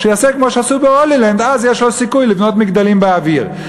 שיעשה כמו שעשו ב"הולילנד" אז יש לו סיכוי לבנות מגדלים באוויר.